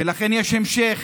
ולכן יש המשך